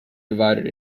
divided